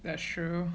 that's true